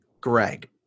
Greg